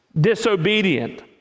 disobedient